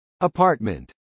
Apartment